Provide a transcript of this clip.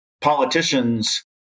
Politicians